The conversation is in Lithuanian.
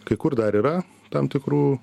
kai kur dar yra tam tikrų